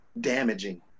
damaging